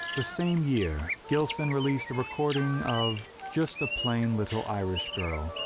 the same year gilson released a recording of just a plain little irish girl.